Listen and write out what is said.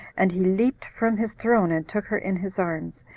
and he leaped from his throne, and took her in his arms,